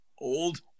Old